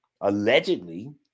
allegedly